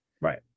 Right